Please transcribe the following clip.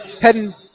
Heading